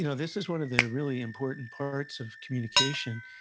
you know this is one of the really important parts of communication.